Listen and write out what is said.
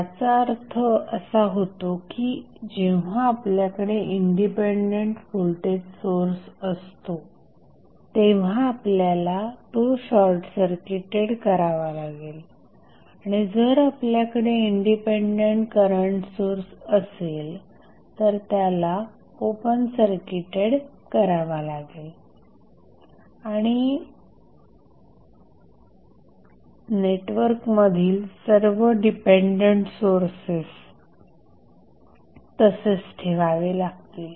याचा अर्थ असा होतो की जेव्हा आपल्याकडे इंडिपेंडेंट व्होल्टेज सोर्स असतो तेव्हा आपल्याला तो शॉर्टसर्किटेड करावा लागेल आणि जर आपल्याकडे इंडिपेंडंट करंट सोर्स असेल तर त्याला ओपन सर्किटेड करावा लागेल आणि नेटवर्कमधील सर्व डिपेंडंट सोर्सेस तसेच ठेवावे लागतील